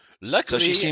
Luckily